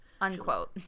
unquote